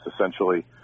essentially